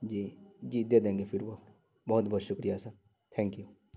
جی جی دے دیں گے فیڈ بوک بہت بہت شکریہ سر تھینک یو